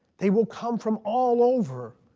they will come from all over